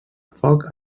foc